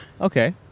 okay